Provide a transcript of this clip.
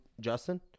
Justin